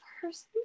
person